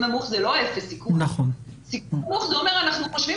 נמוך הוא לא אפס סיכון אלא זה אומר שאנחנו חושבים